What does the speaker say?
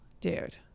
dude